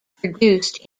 produced